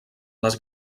les